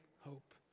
hope